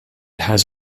has